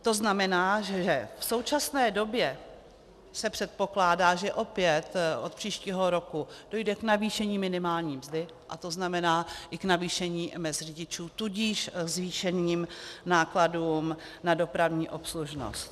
To znamená, že v současné době se předpokládá, že opět od příštího roku dojde k navýšení minimální mzdy, a to znamená i k navýšení mezd řidičů, tudíž zvýšeným nákladům na dopravní obslužnost.